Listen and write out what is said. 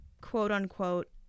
quote-unquote